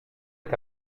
est